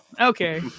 Okay